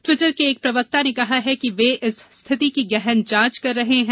Twitter के एक प्रवक्ता ने कहा है कि ये इस स्थिति की गहन जांच कर रहे हैं